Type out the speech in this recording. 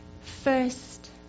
First